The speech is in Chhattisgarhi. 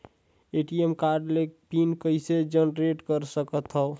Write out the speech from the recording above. ए.टी.एम कारड के पिन कइसे जनरेट कर सकथव?